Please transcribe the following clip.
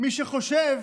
מי שחושב,